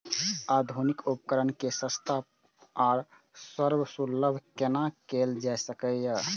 आधुनिक उपकण के सस्ता आर सर्वसुलभ केना कैयल जाए सकेछ?